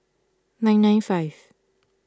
nine nine five